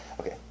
Okay